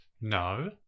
No